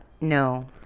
No